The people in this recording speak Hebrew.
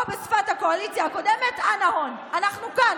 או בשפת הקואליציה הקודמת, אנא הון, אנחנו כאן.